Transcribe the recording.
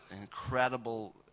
incredible